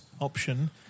option